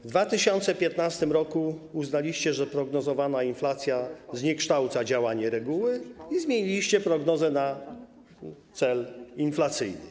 W 2015 r. uznaliście, że prognozowana inflacja zniekształca działanie reguły i zmieniliście prognozę na cel inflacyjny.